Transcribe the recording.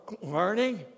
learning